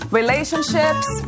relationships